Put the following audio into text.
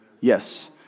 Yes